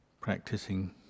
Practicing